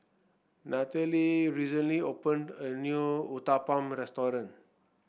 Nathalie recently opened a new Uthapam restaurant